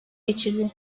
geçirdi